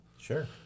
Sure